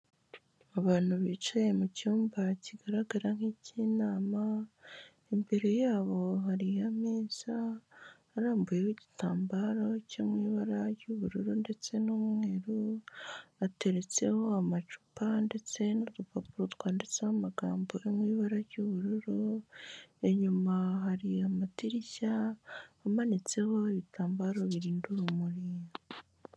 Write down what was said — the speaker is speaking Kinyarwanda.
Abantu bicaye mu cyumba kigaragara nk'ikinama, imbere yabo hari ameza arambuyeho igitambaro cyo mu ibara ry'ubururu ndetse n'umweru, ateretseho amacupa ndetse n'dupapuro twanditseho amagambo yo mu ibara ry'ubururu, inyuma hari amadirishya amanitseho ibitambaro birinda urumuri.